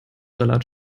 salat